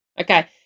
okay